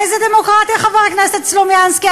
איזו דמוקרטיה, חבר הכנסת סלומינסקי?